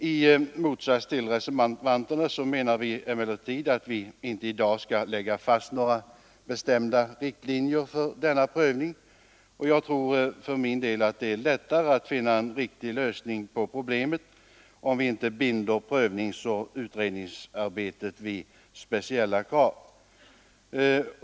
I motsats till reservanterna anser vi emellertid att riksdagen inte i dag skall fastlägga några bestämda riktlinjer för denna prövning. Jag tror för min del att det blir lättare att finna en riktig lösning på problemet om vi inte binder utredningsarbetet genom speciella krav.